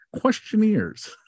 Questionnaires